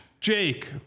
Jake